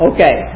Okay